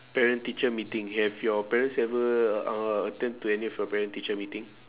parent teacher meeting have your parents ever uh attend to any of your parent teacher meeting